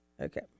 Okay